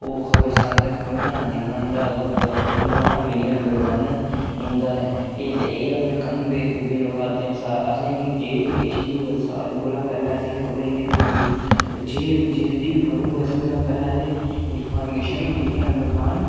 ओह् खबर साढ़े तक पजाना जिम्मा इं'दा उधमपुर मिडिया दा मीडिया नम्बर वन इं'दा ऐ एह् ते एह् अपना कम्म बा खूबी नभाऽ करदे न तां असें गी जे बी किश बी होऐ सारें कोला पैह्लें असें गी खबर इं'दी थ्होंदी ऐ जे बी जेह्ड़ी बी खबर होऐ पैह्लें असें ई इन्फारमेशन मिडिया नंबर वन